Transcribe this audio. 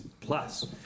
plus